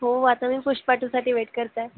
हो आता मी पुष्पा टूसाठी वेट करत आहे